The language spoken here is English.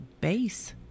base